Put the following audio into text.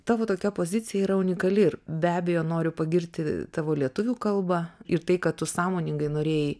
tavo tokia pozicija yra unikali ir be abejo noriu pagirti tavo lietuvių kalbą ir tai kad tu sąmoningai norėjai